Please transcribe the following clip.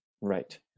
Right